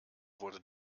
wurde